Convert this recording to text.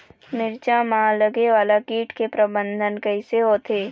मिरचा मा लगे वाला कीट के प्रबंधन कइसे होथे?